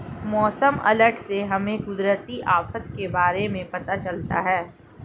मौसम अलर्ट से हमें कुदरती आफत के बारे में पता चलता है